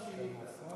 לא עשית,